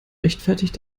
rechtfertigt